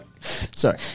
Sorry